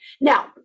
Now